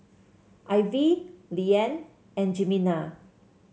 Ivie Leeann and Jimena